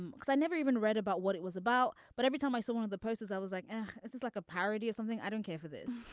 um i never even read about what it was about. but every time i saw one of the posters i was like this is like a parody or something. i don't care for this.